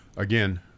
Again